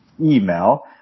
email